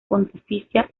pontificia